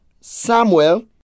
Samuel